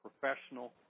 professional